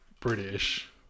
British